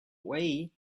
way